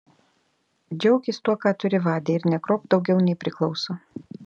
džiaukis tuo ką turi vade ir negrobk daugiau nei priklauso